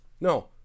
No